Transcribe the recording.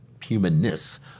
humanness